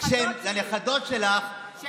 לנכדות שלך,